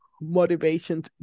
motivation